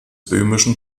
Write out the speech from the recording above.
böhmischen